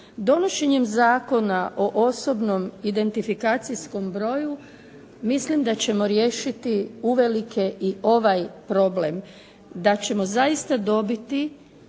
Donošenjem Zakona o osobnom identifikacijskom broju mislim da ćemo riješiti uvelike i ovaj problem. Da ćemo zaista dobiti